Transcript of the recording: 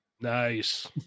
Nice